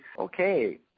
Okay